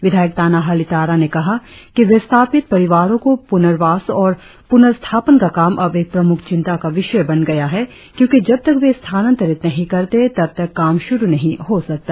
विधायक ताना हाली तारा ने कहा कि विस्थापित परिवारो के पुनर्वास और पुनर्स्थापन का काम अब एक प्रमुख चिंता का विषय बन गया है क्योंकि जब तक वे स्थातातंरित नही करते तब तक काम शुरु नही हो सकता